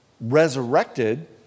resurrected